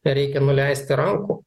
nereikia nuleisti rankų